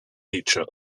feature